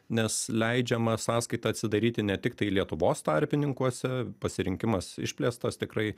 nes leidžiama sąskaitą atsidaryti ne tiktai lietuvos tarpininkuose pasirinkimas išplėstas tikrai